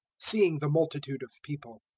seeing the multitude of people,